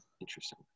Interesting